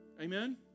Amen